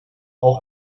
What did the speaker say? auch